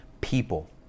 people